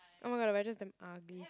oh my god the wedges damn ugly